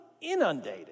inundated